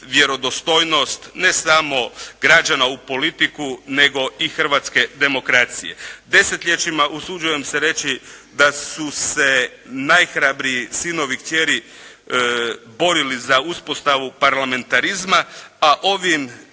ne samo građana u politiku nego i hrvatske demokracije. Desetljećima usuđujem se reći da su se najhrabriji sinovi i kćeri borili za uspostavu parlamentarizma a ovim